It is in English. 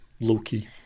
low-key